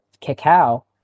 cacao